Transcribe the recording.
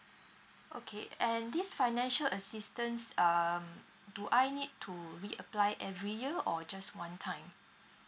okay and this financial assistance um do I need to reapply every year or just one time